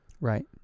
Right